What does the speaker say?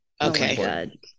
okay